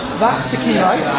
that's the key light.